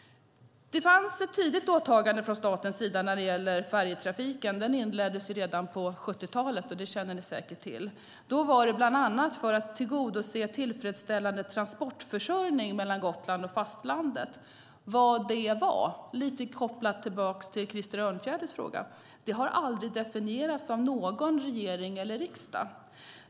Det fanns ett tidigt åtagande från statens sida när det gäller färjetrafiken. Det inleddes redan på 70-talet, vilket ni säkert känner till. Det var bland annat för att tillgodose tillfredsställande transportförsörjning mellan Gotland och fastlandet. Detta säger jag lite med koppling till Krister Örnfjäders fråga. Det har aldrig definierats av någon regering eller riksdag.